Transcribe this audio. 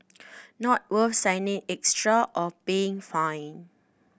not worth signing extra or paying fine